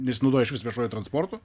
nesinaudoja išvis viešuoju transportu